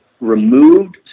Removed